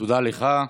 תודה לך.